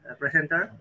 presenter